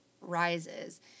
Rises